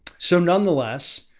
so nonetheless,